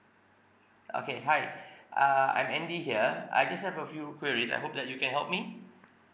okay hi uh I'm andy here I just have a few queries I hope that you can help me